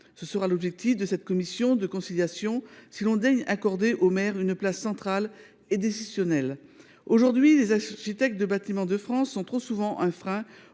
sera celui de la commission de conciliation, si l’on daigne y accorder aux maires une place centrale et décisionnelle. À l’heure actuelle, les architectes des Bâtiments de France sont trop souvent un frein